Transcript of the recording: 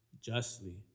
justly